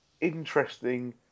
interesting